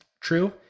true